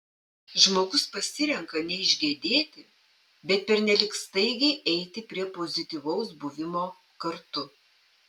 žmogus pasirenka neišgedėti bet pernelyg staigiai eiti prie pozityvaus buvimo kartu